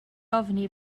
ofni